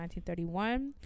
1931